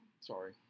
sorry